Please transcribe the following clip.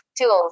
tools